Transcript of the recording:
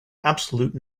absolute